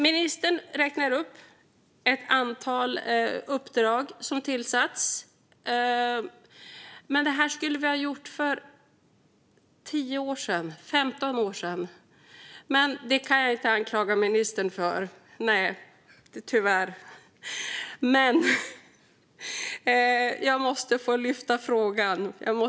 Ministern räknar upp ett antal uppdrag som har tillsatts, men det skulle vi ha gjort för 10-15 år sedan. Det kan jag inte anklaga ministern för - tyvärr - men jag måste få lyfta upp frågan.